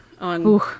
on